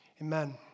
Amen